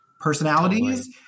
personalities